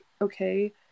okay